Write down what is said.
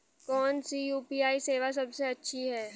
कौन सी यू.पी.आई सेवा सबसे अच्छी है?